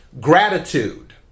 Gratitude